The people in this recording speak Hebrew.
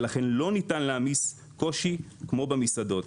ולכן לא ניתן להעמיס קושי כמו במסעדות.